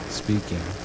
speaking